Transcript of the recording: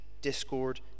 discord